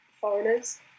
foreigners